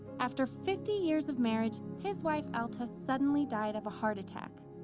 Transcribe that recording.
after fifty years of marriage, his wife alta suddenly die of a heart attack.